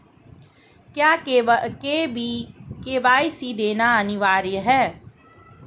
क्या के.वाई.सी देना अनिवार्य है?